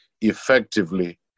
effectively